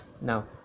Now